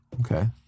Okay